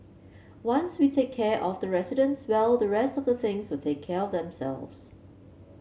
once we take care of the residents well the rest of the things will take care of themselves